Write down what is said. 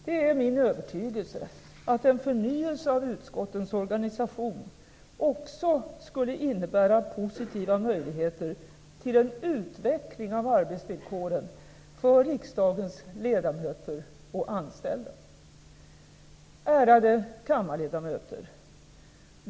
Det är min övertygelse att en förnyelse av utskottens organisation också skulle innebära positiva möjligheter till en utveckling av arbetsvillkoren för riksdagens ledamöter och anställda. Ärade kammarledamöter!